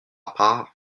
pas